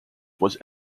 was